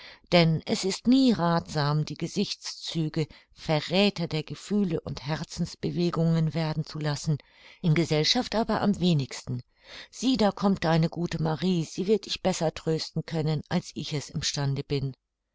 denn es ist nie rathsam die gesichtszüge verräther der gefühle und herzensbewegungen werden zu lassen in gesellschaft aber am wenigsten sieh da kommt deine gute marie sie wird dich besser trösten können als ich es im stande bin